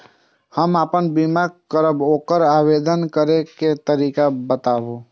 हम आपन बीमा करब ओकर आवेदन करै के तरीका बताबु?